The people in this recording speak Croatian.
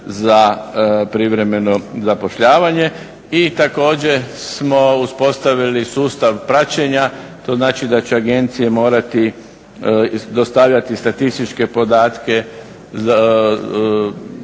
za privremeno zapošljavanje. I također smo uspostavili sustav praćenja, to znači da će agencije morati dostavljati statističke podatke